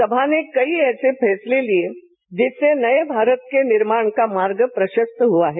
सभा ने कई ऐसे फैसले लिये जिससे नए भारत के निर्माण का मार्ग प्रशस्त हुआ है